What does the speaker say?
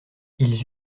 ils